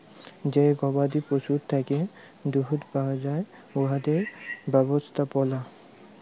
যে গবাদি পশুর থ্যাকে দুহুদ পাউয়া যায় উয়াদের ব্যবস্থাপলা